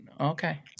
Okay